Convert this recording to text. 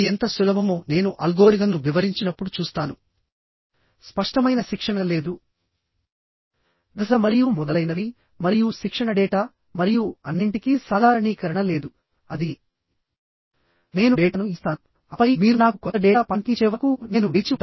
కనుక industrial building లేదా structures యొక్క మెంబర్స్ ని కంప్రెషన్ కి మరియు టెన్షన్ కి డిజైన్ చేయవలసి వస్తుంది